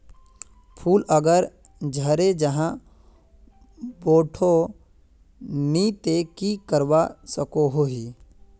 फूल अगर झरे जहा बोठो नी ते की करवा सकोहो ही?